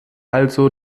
also